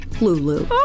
Lulu